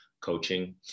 coaching